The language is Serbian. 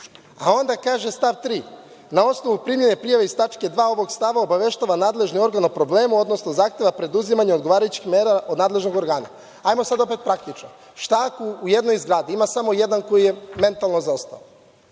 Onda kaže stav 3. – na osnovu primljene prijave iz tačke 2. ovog stava, obaveštava nadležni organ o problemu, odnosno zahteva preduzimanje odgovarajućih mera nadležnog organa. Hajdemo sada opet praktično. Šta ako u jednoj zgradi ima samo jedan koji je mentalno zaostao